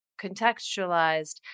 contextualized